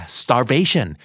starvation